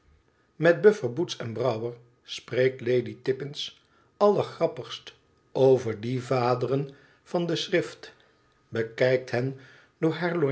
vriend boots en brouieer spreekt lady tippins allergrappigst over die vaderen van de schrift bekijkt hen